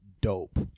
dope